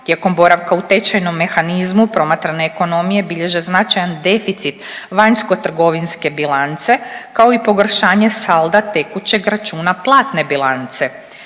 tijekom boravka u tečajnom mehanizmu promatrane ekonomije bilježe značajan deficit vanjskotrgovinske bilance kao i pogoršanje salda tekućeg računa platne bilance.